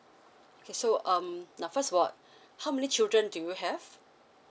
okay so um the first ward how many children do you have